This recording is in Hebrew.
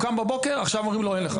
הוא קם בבוקר, עכשיו אומרים לו אין לך.